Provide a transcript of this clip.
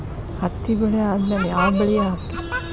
ಹತ್ತಿ ಬೆಳೆ ಆದ್ಮೇಲ ಯಾವ ಬೆಳಿ ಹಾಕಿದ್ರ ಛಲೋ ಬರುತ್ತದೆ?